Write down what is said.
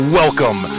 welcome